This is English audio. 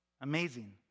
amazing